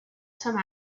some